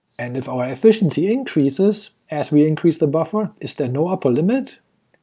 and if our efficiency increases as we increase the buffer, is there no upper limit?